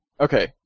Okay